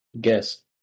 guess